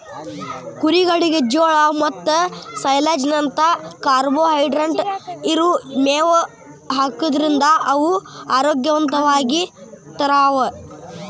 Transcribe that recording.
ಕುರಿಗಳಿಗೆ ಜೋಳ ಮತ್ತ ಸೈಲೇಜ್ ನಂತ ಕಾರ್ಬೋಹೈಡ್ರೇಟ್ ಇರೋ ಮೇವ್ ಹಾಕೋದ್ರಿಂದ ಅವು ಆರೋಗ್ಯವಂತವಾಗಿರ್ತಾವ